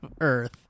Earth